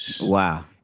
Wow